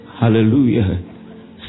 Hallelujah